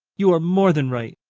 you are more than right,